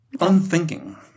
unthinking